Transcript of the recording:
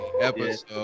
episode